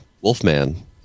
Wolfman